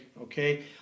okay